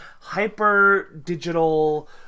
hyper-digital